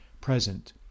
present